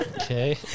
Okay